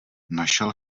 našel